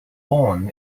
born